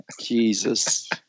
Jesus